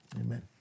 Amen